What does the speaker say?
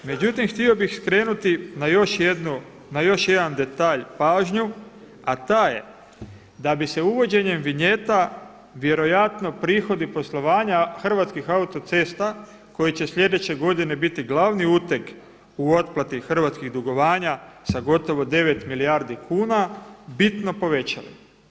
Međutim, htio bih skrenuti na još jedan detalj pažnju a taj je da bi se uvođenjem vinjeta vjerojatno prihodi poslovanja Hrvatskih autocesta koji će slijedeće godine biti glavni uteg u otplati hrvatskih dugovanja sa gotovo 9 milijardi kuna bitno povećani.